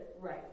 Right